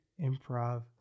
improv